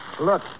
Look